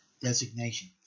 designation